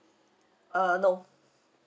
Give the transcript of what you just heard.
uh no